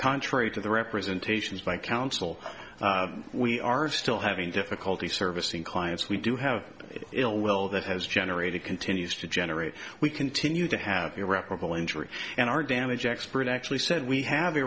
contrary to the representations by counsel we are still having difficulty servicing clients we do have ill will that has generated continues to generate we continue to have irreparable injury and our damage expert actually said we have